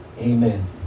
Amen